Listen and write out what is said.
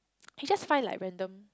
he just find like random